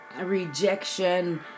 rejection